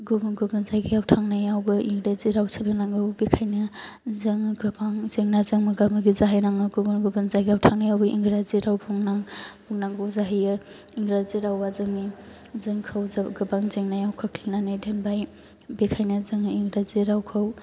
गुबुन गुबुन जायगायाव थांनायावबो इंराजि राव सोलोंनांगौ बेनिखायनो जोङो गोबां जेंनाजों मोगा मोगि जाहैनाङो गुबुन गुबुन जायगायाव थांनायावबो इंराजि राव बुंनांगौ जाहैयो इंराजि रावा जोंखौ गोबां जेंनायाव खोख्लैनानै दोनबाय बेनिखायनो जोङो इंराजि रावखौ